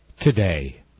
today